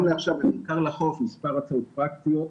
גם לעכשיו ובעיקר לחורף, מספר הצעות פרקטיות.